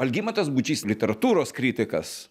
algimantas bučys literatūros kritikas